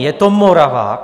Je to Moravák.